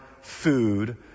food